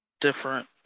different